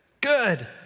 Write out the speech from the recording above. Good